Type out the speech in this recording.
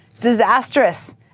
...disastrous